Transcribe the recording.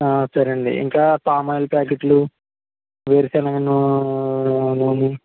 సరేండి ఇంకా పామాయిల్ ప్యాకెట్లు వేరుశనగ నూ నూని